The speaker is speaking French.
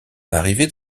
arrivé